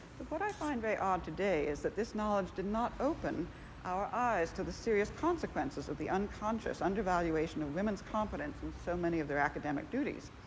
but what i find very odd today is that this knowledge did not open our eyes to the serious consequences of the unconscious undervaluation of women's competence in so many of their academic duties.